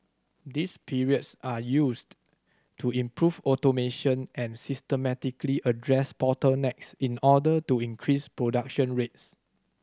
these periods are used to improve automation and systematically address bottlenecks in order to increase production rates